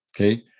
Okay